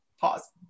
pause